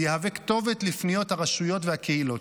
והוא יהווה כתובת לפניות הרשויות והקהילות.